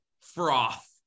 froth